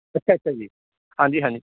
ਅੱਛਾ ਅੱਛਾ ਜੀ ਹਾਂਜੀ ਹਾਂਜੀ